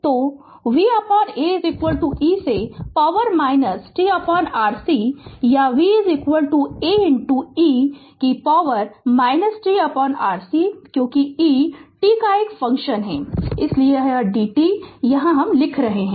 तो vA e से power tRC या v A e to power tRC क्योंकि e t का एक फंक्शन है इसलिए यह dt लिख रहे है